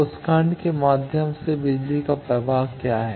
उस खंड के माध्यम से बिजली का प्रवाह क्या है